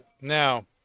Now